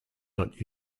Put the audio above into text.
not